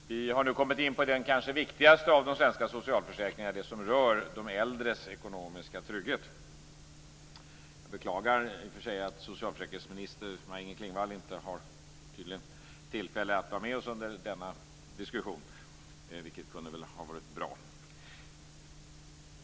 Herr talman! Vi har nu kommit in på den kanske viktigaste av de svenska socialförsäkringarna, dvs. den som rör de äldres ekonomiska trygghet. Jag beklagar i och för sig att socialförsäkringsminister Maj Inger Klingvall tydligen inte har tillfälle att vara med oss under denna diskussion, vilket kunde ha varit bra.